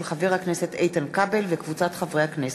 של חבר הכנסת איתן כבל וקבוצת חברי הכנסת,